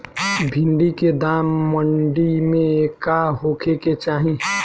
भिन्डी के दाम मंडी मे का होखे के चाही?